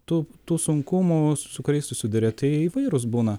tų tų sunkumų su kuriais susiduria tai įvairūs būna